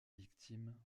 victimes